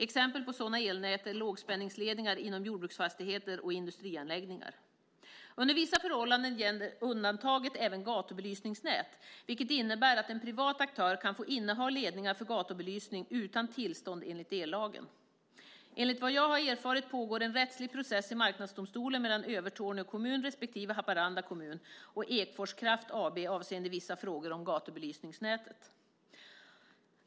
Exempel på sådana elnät är lågspänningsledningar inom jordbruksfastigheter och industrianläggningar. Under vissa förhållanden gäller undantaget även gatubelysningsnät, vilket innebär att en privat aktör kan få inneha ledningar för gatubelysning utan tillstånd enligt ellagen. Enligt vad jag har erfarit pågår en rättslig process i Marknadsdomstolen mellan Övertorneå respektive Haparanda kommun och Ekfors Kraft AB avseende vissa frågor om gatubelysningsnätet.